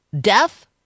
death